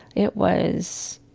it was